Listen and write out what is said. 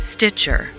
Stitcher